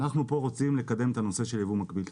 אנחנו פה רוצים לקדם את הנושא של ייבוא מקביל.